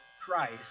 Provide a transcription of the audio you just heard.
Christ